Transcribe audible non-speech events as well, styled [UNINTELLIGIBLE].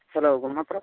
[UNINTELLIGIBLE] ᱜᱚᱢᱦᱟ ᱯᱟᱨᱟᱵᱽ